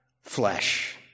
flesh